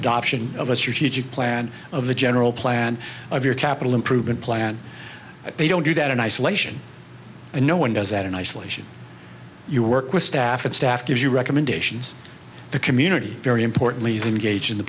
adoption of a strategic plan of the general plan of your capital improvement plan they don't do that in isolation and no one does that in isolation you work with staff and staff gives you recommendations the community very importantly is in gauging the